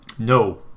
No